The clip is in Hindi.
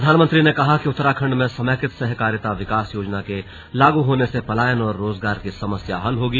प्रधानमंत्री ने कहा कि उत्तराखंड में समेकित सहकारिता विकास योजना के लागू होने जाने से पलायन और रोजगार की समस्या हल होगी